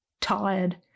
tired